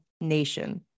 nation